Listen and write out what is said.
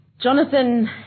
Jonathan